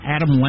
Adam